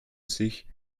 sich